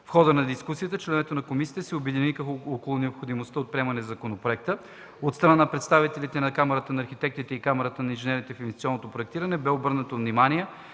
В хода на дискусията членовете на комисията се обединиха около необходимостта от приемане на законопроекта. От страна на представителите на Камарата на архитектите и на Камарата на инженерите в инвестиционното проектиране бе обърнато внимание,